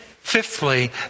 fifthly